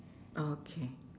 okay